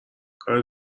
کار